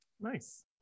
Nice